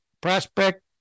prospect